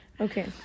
Okay